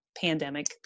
pandemic